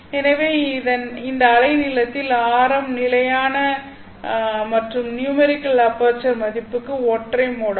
எனவே இந்த அலை நீளத்தில் ஆரம் நிலையான மற்றும் நியூமெரிகல் அபெர்ச்சர் ன் மதிப்புக்கு ஒற்றை மோடாகும்